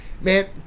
Man